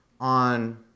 on